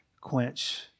quench